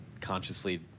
consciously